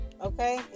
okay